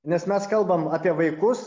nes mes kalbam apie vaikus